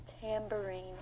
tambourine